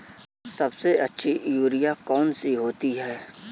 सबसे अच्छी यूरिया कौन सी होती है?